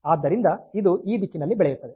ಆದ್ದರಿಂದ ಇದು ಈ ದಿಕ್ಕಿನಲ್ಲಿ ಬೆಳೆಯುತ್ತದೆ